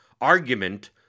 argument